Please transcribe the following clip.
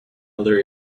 other